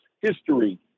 history